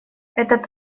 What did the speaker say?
этот